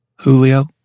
Julio